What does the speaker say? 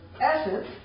essence